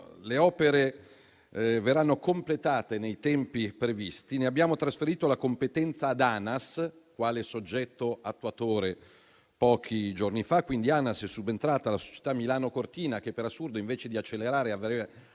le opere verranno completate nei tempi previsti. Abbiamo trasferito la competenza ad ANAS, quale soggetto attuatore, pochi giorni fa. ANAS è subentrata, dunque, alla società Milano-Cortina che, per assurdo, invece di accelerare, avrebbe